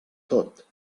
tot